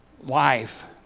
life